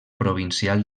provincial